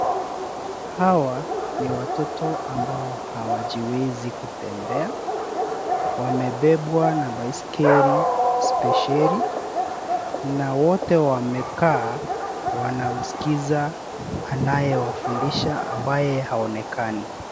Hawa ni watoto ambao hawajiwezi kutembea. Wamebebwa na baiskeli spesheli na wote wamekaa wanamsikiza anayewafundisha ambaye haonekani.